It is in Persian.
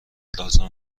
لازم